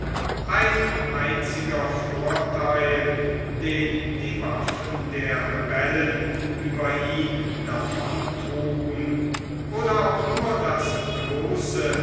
ein einziger vortheil den die waffen der rebellen über ihn davontrugen oder auch nur das bloße